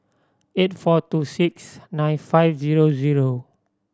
eight four two six nine five zero zero